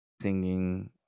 singing